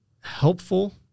helpful